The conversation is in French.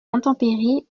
intempéries